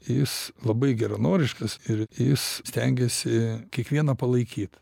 jis labai geranoriškas ir jis stengiasi kiekvieną palaikyt